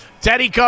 Teddy